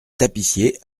tapissiers